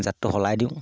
জাতটো সলাই দিওঁ